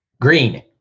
Green